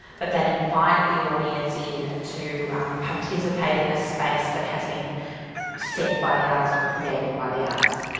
but that invite the audience in to participate in a space that has been set by the artist, or created by the artist.